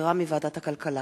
שהוחזרה מוועדת הכלכלה.